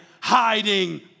hiding